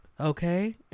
Okay